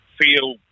feel